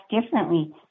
differently